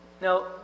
Now